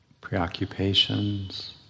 preoccupations